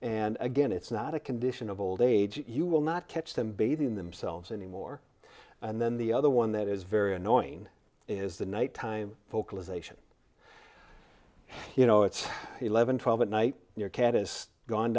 and again it's not a condition of old age you will not catch them bathing themselves anymore and then the other one that is very annoying is the night time vocalisation you know it's eleven twelve at night your cat is gone